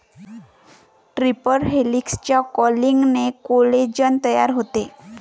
triple हेलिक्सच्या कॉइलिंगने collagen तयार होते